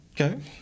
Okay